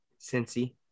Cincy